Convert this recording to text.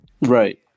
Right